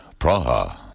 Praha